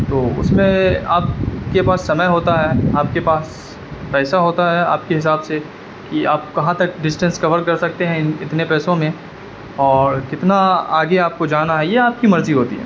تو اس میں آپ کے پاس سمے ہوتا ہے آپ کے پاس پیسہ ہوتا ہے آپ کے حساب سے کہ آپ کہاں تک ڈسٹینس کور کر سکتے ہیں اتنے پیسوں میں اور کتنا آگے آپ کو جانا ہے یہ آپ کی مرضی ہوتی ہے